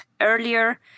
earlier